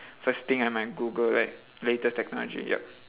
first thing I might google la~ latest technology yup